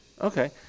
Okay